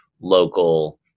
local